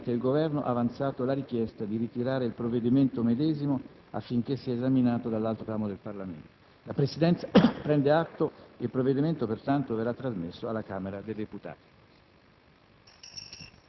Successivamente il Governo ha avanzato la richiesta di ritirare il provvedimento medesimo, affinche´ sia esaminato dall’altro ramo del Parlamento. La Presidenza prende atto. Il provvedimento, pertanto, verra` trasmesso alla Camera dei deputati.